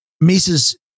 Mises